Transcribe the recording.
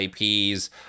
IPs